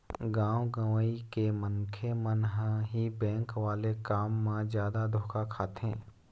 गाँव गंवई के मनखे मन ह ही बेंक वाले काम म जादा धोखा खाथे